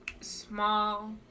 small